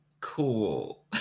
cool